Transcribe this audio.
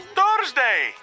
Thursday